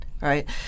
right